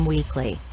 Weekly